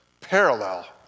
parallel